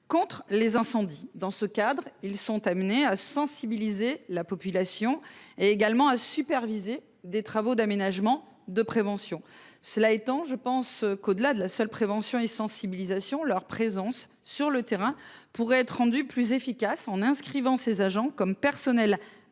contre les incendies dans ce cadre, ils sont amenés à sensibiliser la population, et également à superviser des travaux d'aménagement de prévention. Cela étant, je pense qu'au-delà de la seule prévention et sensibilisation leur présence sur le terrain pour être rendu plus efficace en inscrivant ses agents comme personnel habilité